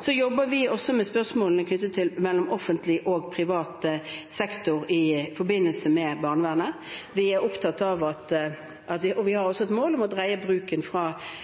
Så jobber vi også med spørsmålene knyttet til offentlig og privat sektor i forbindelse med barnevernet. Vi har også et mål om å dreie bruken fra private kommersielle til kommersielle ideelle leverandører. Men vi er ikke ferdig med det arbeidet. Vi